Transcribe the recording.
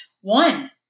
One